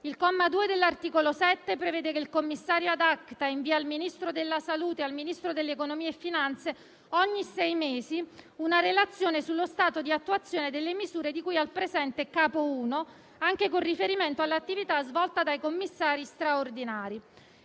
Il comma 2 dell'articolo 7 prevede che il commissario *ad acta* invii al Ministro della salute e al Ministro dell'economia e delle finanze ogni sei mesi una relazione sullo stato di attuazione delle misure di cui al presente capo 1, anche con riferimento all'attività svolta dai commissari straordinari.